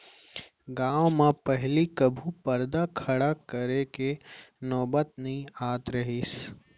गॉंव म पहिली कभू परदा खड़ा करे के नौबत नइ आत रहिस